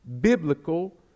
biblical